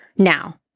Now